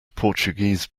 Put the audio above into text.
portuguese